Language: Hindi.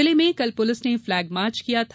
जिले में कल पुलिस ने फ्लैग मार्च किया था